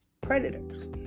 predators